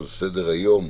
על סדר-היום: